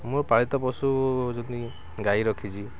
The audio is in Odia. ମୋ ପାଳିତ ପଶୁ ଯଦି ଗାଈ ରଖିଛି